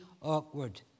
awkward